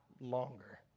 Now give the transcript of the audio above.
longer